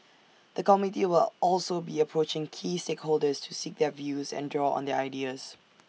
the committee will also be approaching key stakeholders to seek their views and draw on their ideas